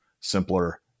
simpler